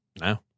No